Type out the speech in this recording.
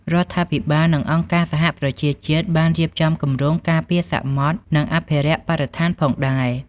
រដ្ឋាភិបាល និងអង្គការសហប្រជាជាតិបានរៀបចំគម្រោងការពារសមុទ្រ និងអភិរក្សបរិស្ថានផងដែរ។